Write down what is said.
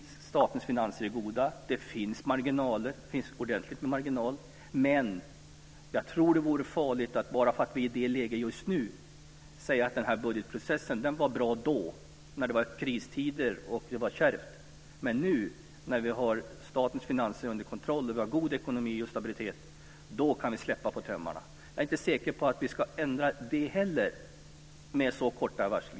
Statens finanser är goda. Det finns ordentliga marginaler. Jag tror ändå att det vore farligt att säga att budgetprocessen var bra när det var kristider och kärvt, men att vi nu när vi har statens finanser under kontroll och god ekonomi och stabilitet kan släppa på tömmarna. Jag är inte säker på att vi ska ändra det heller med så kort varsel.